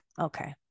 okay